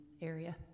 area